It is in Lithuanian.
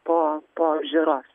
po po apžiūros